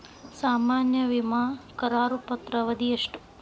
ಸಾಮಾನ್ಯ ವಿಮಾ ಕರಾರು ಪತ್ರದ ಅವಧಿ ಎಷ್ಟ?